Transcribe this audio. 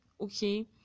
okay